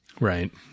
Right